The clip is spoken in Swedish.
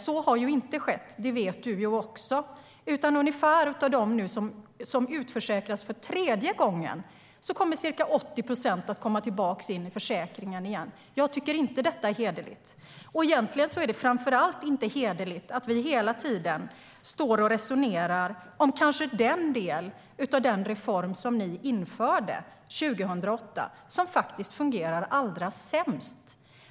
Så har inte skett, och det vet ju du också. Av dem som utförsäkras för tredje gången kommer ca 80 procent att komma tillbaka in i försäkringen igen. Jag tycker inte att detta är hederligt. Det är framför allt inte hederligt att vi hela tiden resonerar om den del av den reform som ni införde 2008 som fungerar allra sämst.